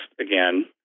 again